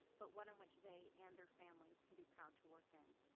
but one in which they and their families can be proud to work in.